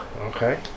Okay